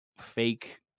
fake